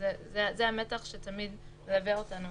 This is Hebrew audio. וזה המתח שתמיד מלווה אותנו